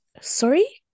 Sorry